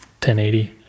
1080